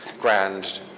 grand